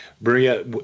Maria